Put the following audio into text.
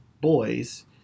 boys